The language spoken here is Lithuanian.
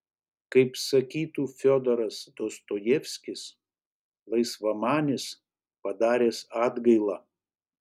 kaip sakytų fiodoras dostojevskis laisvamanis padaręs atgailą